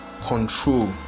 control